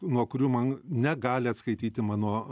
nuo kurių man negali atskaityti mano